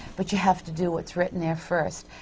but you have to do what's written there first.